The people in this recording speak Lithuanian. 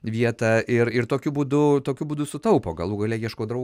vietą ir ir tokiu būdu tokiu būdu sutaupo galų gale ieško draugų suranda vieni pas